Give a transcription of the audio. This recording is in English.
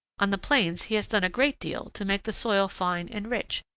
on the plains he has done a great deal to make the soil fine and rich,